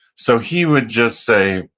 so he would just say,